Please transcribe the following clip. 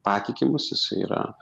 patikimas jisai yra